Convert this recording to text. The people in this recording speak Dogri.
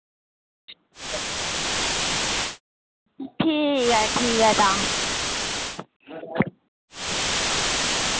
ठीक ऐ ठीक ऐ तां